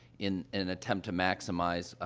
in in an attempt to maximize, ah,